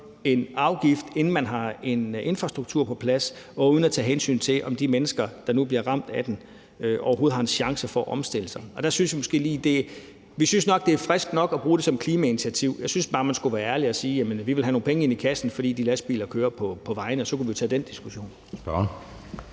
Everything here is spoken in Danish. en afgift, inden man har en infrastruktur på plads og uden at tage hensyn til, om de mennesker, der nu bliver ramt af den, overhovedet har en chance for at omstille sig. Vi synes, det er lige frisk nok at bruge det som klimainitiativ. Jeg synes bare, man skulle være ærlig og sige: Jamen vi vil have nogle penge ned i kassen, fordi de lastbiler kører på vejene. Og så kunne vi jo tage den diskussion.